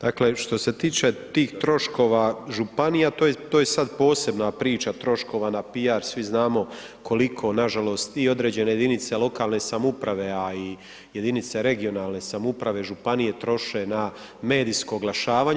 Dakle, što se tiče tih troškova županija, to je, to je sad posebna priča troškova na piar, svi znamo koliko nažalost i određene jedinice lokalne samouprave, a i jedinice regionalne samouprave, županije, troše na medijsko oglašavanje.